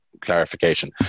clarification